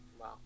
Wow